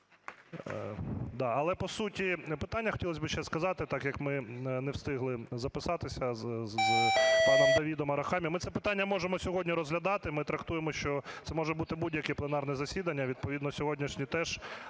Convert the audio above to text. Але по суті питання хотілось би ще сказати, так як ми не встигли записатися з паном Давидом Арахамією. Ми це питання можемо сьогодні розглядати, ми трактуємо, що це може бути будь-яке пленарне засідання, відповідно сьогоднішнє теж.